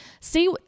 see